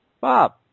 Bob